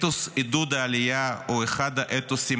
אתוס עידוד העלייה הוא אחד האתוסים